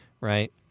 right